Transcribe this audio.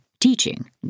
teaching